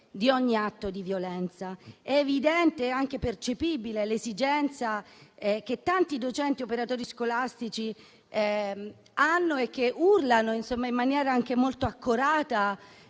di ogni atto di violenza. È evidente, anche percepibile, l'esigenza di tanti docenti e operatori scolastici, che reclamano, in maniera anche molto accorata,